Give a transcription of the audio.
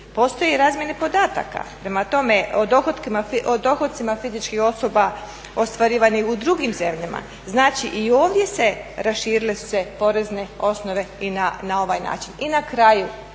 postoje razmjene podataka o dohocima fizičkih osoba ostvarivanih u drugim zemljama. Znači i ovdje su se raširile porezne osnove i na ovaj način. I na kraju,